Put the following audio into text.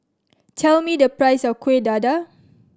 tell me the price of Kueh Dadar